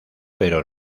pero